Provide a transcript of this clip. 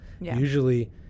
Usually